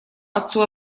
отцу